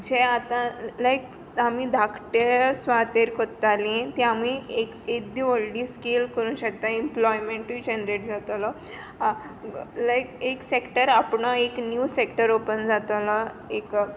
जें आतां लायक आमी धाकटे सुवातेर कोत्ताली ते आमी एक एद्दी व्होडले स्केल करूंक शकताय एमप्लोयमेंटूय जनरेट जातोलो लायक एक सेक्टर आहा पूण एक नीव सेक्टर ऑपन जातोलो एक